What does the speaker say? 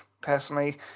personally